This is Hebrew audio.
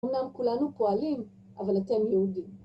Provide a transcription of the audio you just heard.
אמנם כולנו פועלים, אבל אתם יהודים.